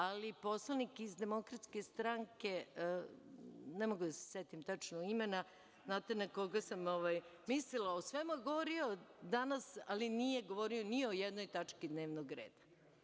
Ali, poslanik iz DS, ne mogu da se setim tačno imena, znate na koga sam mislila, o svemu je govorio danas, ali nije govorio ni o jednoj tački dnevnog reda.